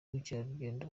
ubukerarugendo